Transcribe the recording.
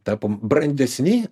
tapom brandesni